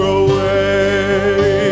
away